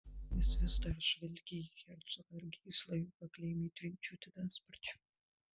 jis vis dar žvelgė į hercogą ir gysla jo kakle ėmė tvinkčioti dar sparčiau